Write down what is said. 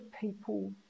people